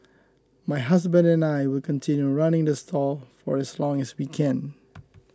my husband and I will continue running the stall for as long as we can